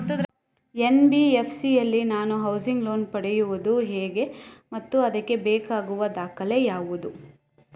NBFC ಯಲ್ಲಿ ನಾನು housing loan ಪಡೆಯುದು ಹೇಗೆ ಮತ್ತು ಅದಕ್ಕೆ ಬೇಕಾಗುವ ದಾಖಲೆ ಯಾವುದು?